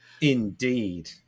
Indeed